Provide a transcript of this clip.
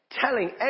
telling